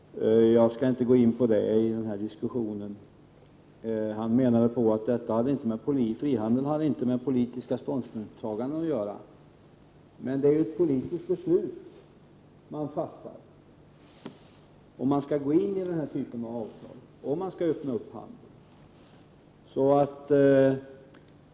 Jag skall inte gå in på det i den här diskussionen. Han menade att frihandeln inte hade med politiska ståndpunktstaganden att göra. Men det är ett politiskt beslut man fattar om huruvida man skall ingå den här typen av avtal, om man skall öppna handel.